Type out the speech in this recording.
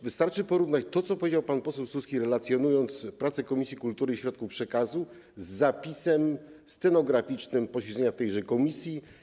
Wystarczy porównać to, co powiedział pan poseł Suski, relacjonując prace Komisji Kultury i Środków Przekazu, z zapisem stenograficznym posiedzenia tychże komisji.